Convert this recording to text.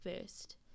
first